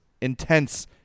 intense